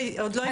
עוד לא התקדמנו.